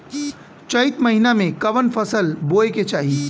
चैत महीना में कवन फशल बोए के चाही?